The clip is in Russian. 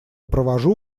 провожу